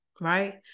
right